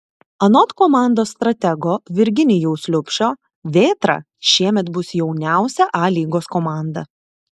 anot komandos stratego virginijaus liubšio vėtra šiemet bus jauniausia a lygos komanda